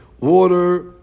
water